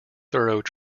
thorough